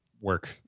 work